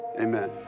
Amen